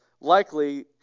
likely